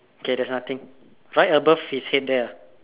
okay there's nothing right above his head there ah